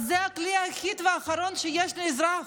אז זה הכלי היחיד והאחרון שיש לאזרח: